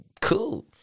Cool